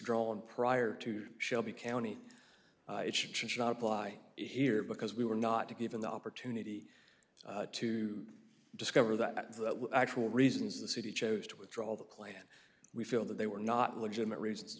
drawn prior to shelby county action shot apply here because we were not given the opportunity to discover that the actual reasons the city chose to withdraw all the klan we feel that they were not legitimate reasons